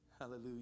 Hallelujah